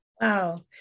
Wow